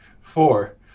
four